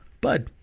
Bud